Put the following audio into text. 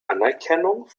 anerkennung